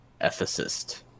ethicist